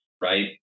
right